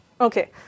Okay